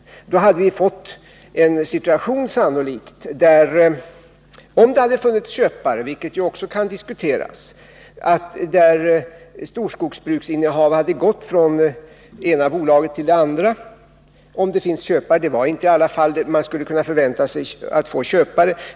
Då hade vi sannolikt fått en situation där innehavet av storskogsbruk hade övergått från det ena bolaget till det andra — om det hade funnits köpare, vilket ju också kan diskuteras. I alla fall hade man inte kunnat förvänta sig att finna köpare.